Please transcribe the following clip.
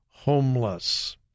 homeless